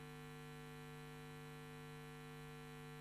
להודיעכם, כי הונחה היום על שולחן הכנסת, לקריאה